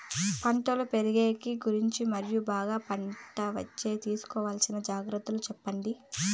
పంటలు పెరిగేకి గురించి మరియు బాగా పంట వచ్చేకి తీసుకోవాల్సిన జాగ్రత్త లు సెప్పండి?